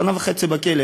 שנה וחצי בכלא.